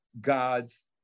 God's